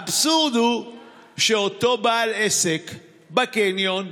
האבסורד הוא שאותו בעל עסק בקניון,